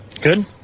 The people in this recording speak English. Good